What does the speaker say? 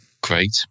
great